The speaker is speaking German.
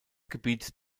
gebiet